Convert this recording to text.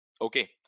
Okay